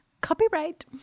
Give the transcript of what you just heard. Copyright